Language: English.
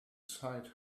site